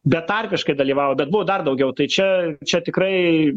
betarpiškai dalyvavo bet buvo dar daugiau tai čia čia tikrai